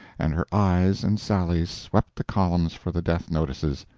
and her eyes and sally's swept the columns for the death-notices.